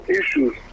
issues